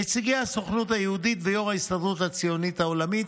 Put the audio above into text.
נציגי הסוכנות היהודית ויו"ר ההסתדרות הציונית העולמית,